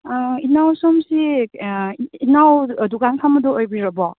ꯏꯅꯥꯎ ꯁꯣꯝꯁꯤ ꯏꯅꯥꯎ ꯗꯨꯀꯥꯟ ꯐꯝꯕꯗꯨ ꯑꯣꯏꯕꯤꯔꯕꯣ